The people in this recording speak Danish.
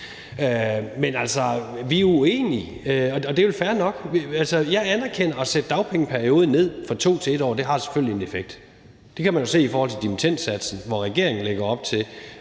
Men altså, vi er uenige, og det er vel fair nok. Jeg anerkender, at det at sætte dagpengeperioden ned fra 2 til 1 år selvfølgelig har en effekt. Det kan man jo se i forhold til dimittendsatsen, hvor regeringen lægger op til